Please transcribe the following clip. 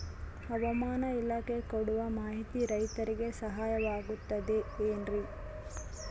ಹವಮಾನ ಇಲಾಖೆ ಕೊಡುವ ಮಾಹಿತಿ ರೈತರಿಗೆ ಸಹಾಯವಾಗುತ್ತದೆ ಏನ್ರಿ?